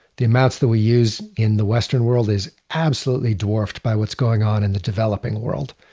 the amounts that we use in the western world is absolutely dwarfed by what's going on in the developing world.